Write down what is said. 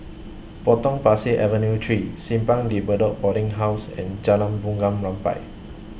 Potong Pasir Avenue three Simpang De Bedok Boarding House and Jalan Bunga Rampai